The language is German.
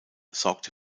sorgte